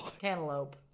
Cantaloupe